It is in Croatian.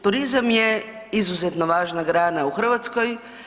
Turizam je izuzetno važna grana u Hrvatskoj.